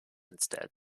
instead